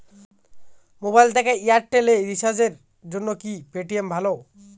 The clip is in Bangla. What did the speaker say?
মোবাইল থেকে এয়ারটেল এ রিচার্জের জন্য কি পেটিএম ভালো?